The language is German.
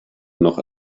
noch